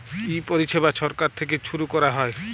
ই পরিছেবা ছরকার থ্যাইকে ছুরু ক্যরা হ্যয়